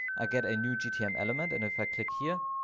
i get a new gtm element. and if i click here,